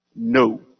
No